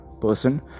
person